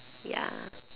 ya